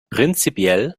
prinzipiell